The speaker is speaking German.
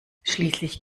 schließlich